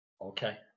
Okay